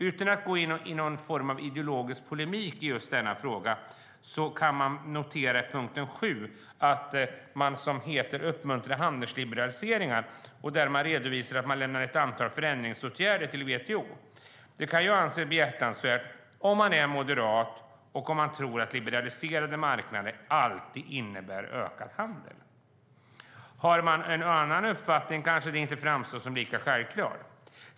Utan att gå in i någon form av ideologisk polemik i denna fråga kan vi notera i punkten 7, om att uppmuntra handelsliberaliseringar, att förslag på ett antal förändringsåtgärder har lämnats till WTO. Det kan anses behjärtansvärt om man är moderat och om man tror att liberaliserade marknader alltid innebär ökad handel. Om man har en annan uppfattning kanske det inte framstår som lika självklart.